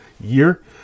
year